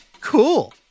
Cool